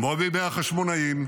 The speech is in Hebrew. כמו בימי החשמונאים,